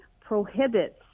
prohibits